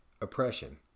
oppression